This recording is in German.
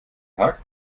tag